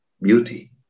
beauty